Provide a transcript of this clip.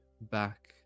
back